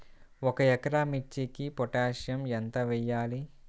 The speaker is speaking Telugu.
ఒక ఎకరా మిర్చీకి పొటాషియం ఎంత వెయ్యాలి?